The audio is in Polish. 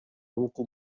łuku